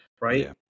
right